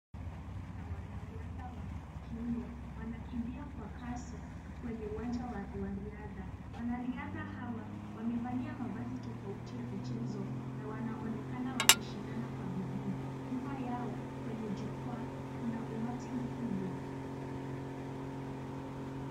Kundi la wanariadha wa kiume wanakimbia kwa kasi kwenye uwanja wa riadha. Wanariadha hawa wamevalia mavazi tofauti ya michezo na wanaonekana wakishindana kwa bidii. Nyuma yao kwenye jukwaa kuna umati mkubwa.